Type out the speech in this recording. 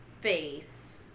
face